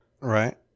right